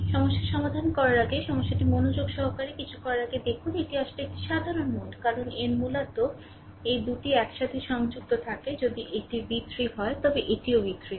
সমস্যার সমাধান করার আগে সমস্যাটি মনোযোগ সহকারে কিছু করার আগে দেখুন এটি আসলে একটি সাধারণ নোড কারণ এর মূলত এই 2 টি এক সাথে সংযুক্ত থাকে যদি এটি v 3 হয় তবে এটিও v 3 হয়